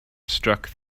struck